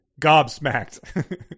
gobsmacked